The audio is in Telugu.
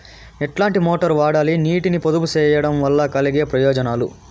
ఎట్లాంటి మోటారు వాడాలి, నీటిని పొదుపు సేయడం వల్ల కలిగే ప్రయోజనాలు?